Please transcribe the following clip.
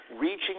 reaching